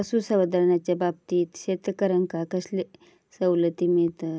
पशुसंवर्धनाच्याबाबतीत शेतकऱ्यांका कसले सवलती मिळतत?